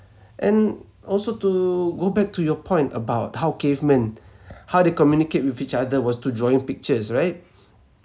and also to go back to your point about how cavemen how they communicate with each other was through drawing pictures right